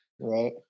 right